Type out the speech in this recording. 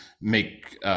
make